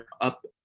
up